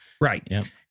Right